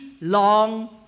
long